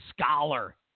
scholar